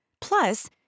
Plus